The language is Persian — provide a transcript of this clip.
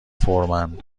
فورمن